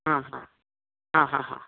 हा हा हा हा हा